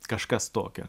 kažkas tokio